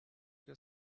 your